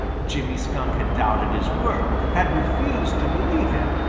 jimmy skunk had doubted his word, had refused to believe him,